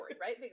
right